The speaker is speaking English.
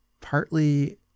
partly